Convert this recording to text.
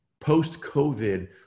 post-COVID